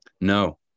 No